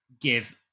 give